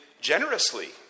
generously